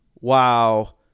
wow